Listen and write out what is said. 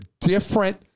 different